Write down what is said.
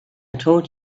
told